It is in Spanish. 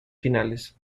finales